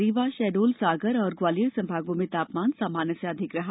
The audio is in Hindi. रीवा शहडोल सागर और ग्वालियर संभागों में तापमान सामान्य से अधिक रहा